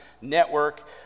Network